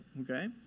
Okay